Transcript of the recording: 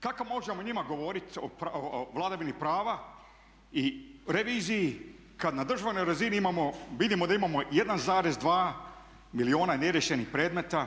Kako možemo njima govoriti o vladavini prava i reviziji kad na državnoj razini imamo, vidimo da imamo 1,2 milijuna neriješenih predmeta,